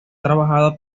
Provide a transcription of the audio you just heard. trabajado